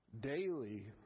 Daily